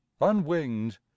unwinged